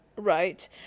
right